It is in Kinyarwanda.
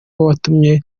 watumye